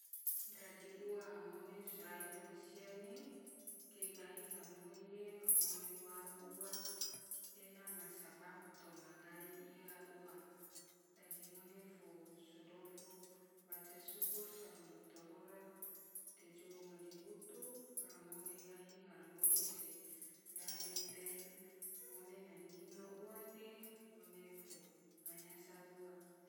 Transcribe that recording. Dadi ua, ngone sorai mansia ne ge gahi ngaramoi ge ngone waro ua ena ma sabab toma gai iya ua, dadi ngone fo so dofu waca sukur se matorora te jou madihutu la ngone gahi ngaramoi se dahe te ngone na nyinga ua ge ngone fo manyasal ua.